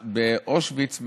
באושוויץ,